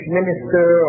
minister